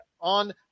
on